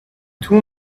two